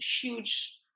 huge